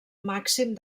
màxim